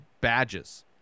badges